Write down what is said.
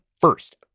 first